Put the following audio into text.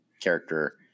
character